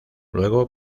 luego